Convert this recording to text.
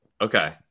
Okay